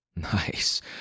Nice